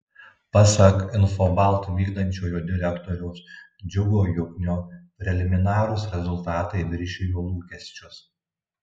pasak infobalt vykdančiojo direktoriaus džiugo juknio preliminarūs rezultatai viršijo lūkesčius